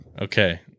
Okay